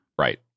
Right